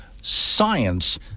science